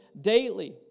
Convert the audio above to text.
daily